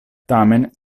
tamen